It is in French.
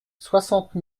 soixante